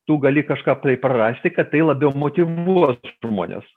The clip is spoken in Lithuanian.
tu gali kažką tai prarasti kad tai labiau motyvuos žmones